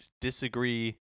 disagree